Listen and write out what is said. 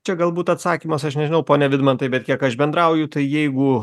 čia galbūt atsakymas aš nežinau pone vidmantai bet kiek aš bendrauju tai jeigu